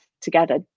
together